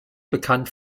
bekannt